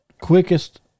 quickest